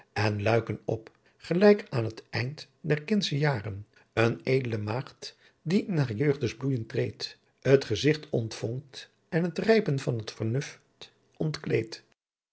en luiken op gelijk aan t eind der kindsche jaaren een eedle maaghdt die in haar jeugdes bloeijen treedt t gezicht ontfonkt en t rypen van t vernuft